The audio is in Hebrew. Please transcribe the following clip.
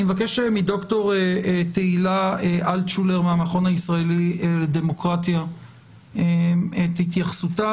אני מבקש מד"ר תהילה אלטשולר מהמכון הישראלי לדמוקרטיה את התייחסותה.